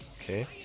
okay